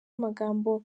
amagambo